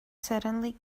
suddenly